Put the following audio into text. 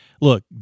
look